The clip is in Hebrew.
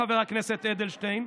חבר הכנסת אדלשטיין,